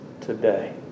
today